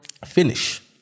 finish